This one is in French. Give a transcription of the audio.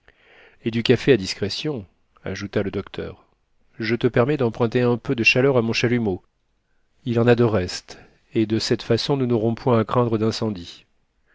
et du café à discrétion ajouta le docteur je te permets d'emprunter un peu de chaleur à mon chalumeau il en a de reste et de cette façon nous n'aurons point à craindre d'incendie